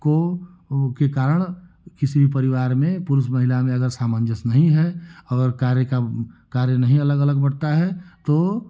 को के कारण किसी भी परिवार में पुरुष महिला में अगर सामंजस्य नहीं है और कार्य का कार्य नहीं अलग अलग बंटता है तो